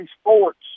Sports